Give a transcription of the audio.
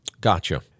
Gotcha